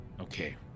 Okay